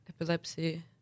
epilepsy